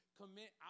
commit